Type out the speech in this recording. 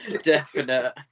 definite